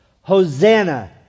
Hosanna